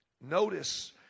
notice